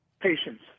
patients